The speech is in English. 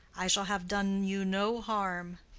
i shall have done you no harm.